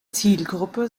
zielgruppe